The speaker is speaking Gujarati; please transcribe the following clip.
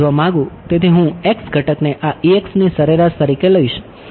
તેથી હું x ઘટકને આ ની સરેરાશ તરીકે લઈશ અને આ